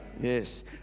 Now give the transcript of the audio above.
Yes